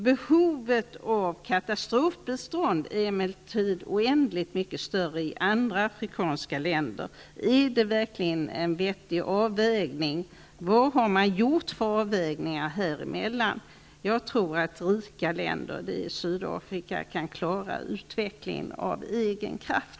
Behovet av katastrofbistånd är emellertid oändligt mycket större i andra afrikanska länder. Vad har man gjort för avvägningar här emellan? Är det verkligen en vettig avvägning som gjorts? Jag tror att rika länder som Sydafrika kan klara utvecklingen av egen kraft.